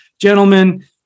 gentlemen